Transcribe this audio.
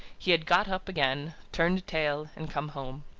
he had got up again, turned tail, and come home.